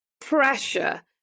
pressure